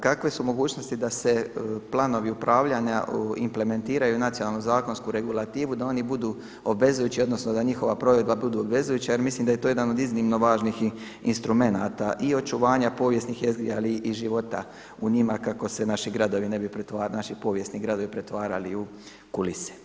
Kakve su mogućnosti da se planovi upravljanja implementiraju u nacionalnu zakonsku regulativu, da oni budu obvezujući, odnosno da njihova provedba bude obvezujuća jer mislim da je to jedan od iznimno važnih instrumenata i očuvanja povijesnih jezgri, ali i života u njima kako se naši gradovi ne bi pretvarali, naši povijesni gradovi pretvarali u kulise.